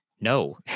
no